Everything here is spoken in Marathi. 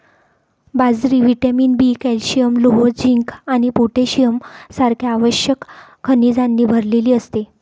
बाजरी व्हिटॅमिन बी, कॅल्शियम, लोह, झिंक आणि पोटॅशियम सारख्या आवश्यक खनिजांनी भरलेली असते